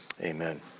Amen